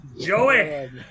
Joey